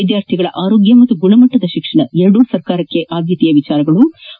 ವಿದ್ಯಾರ್ಥಿಗಳ ಆರೋಗ್ಯ ಮತ್ತು ಗುಣಮಟ್ಟದ ಶಿಕ್ಷಣ ಎರಡೂ ಸರ್ಕಾರಕ್ಕೆ ಆದ್ಯತೆಯ ವಿಷಯಗಳಾಗಿವೆ